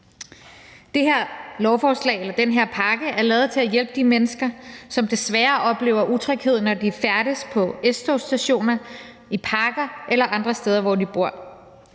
Den her pakke er lavet til at hjælpe de mennesker, som desværre oplever utryghed, når de færdes på S-togsstationer, i parker eller andre steder, hvor de bor.